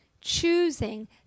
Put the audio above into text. choosing